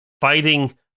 fighting